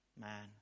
man